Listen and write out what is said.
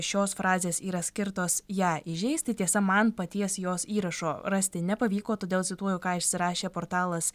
šios frazės yra skirtos ją įžeisti tiesa man paties jos įrašo rasti nepavyko todėl cituoju ką išsirašė portalas